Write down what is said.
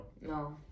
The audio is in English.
no